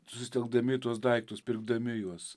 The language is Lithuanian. susitelkdami į tuos daiktus pirkdami juos